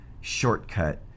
shortcut